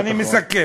אני מסכם.